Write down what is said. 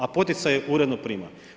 A poticaje uredno prima.